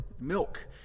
milk